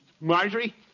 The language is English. Marjorie